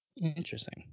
Interesting